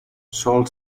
sol